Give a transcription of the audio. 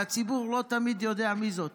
והציבור לא תמיד יודע מי זאת.